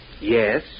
Yes